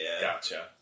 Gotcha